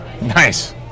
Nice